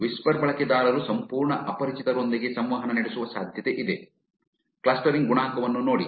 whisper ಬಳಕೆದಾರರು ಸಂಪೂರ್ಣ ಅಪರಿಚಿತರೊಂದಿಗೆ ಸಂವಹನ ನಡೆಸುವ ಸಾಧ್ಯತೆಯಿದೆ ಕ್ಲಸ್ಟರಿಂಗ್ ಗುಣಾಂಕವನ್ನು ನೋಡಿ